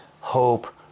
hope